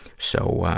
so,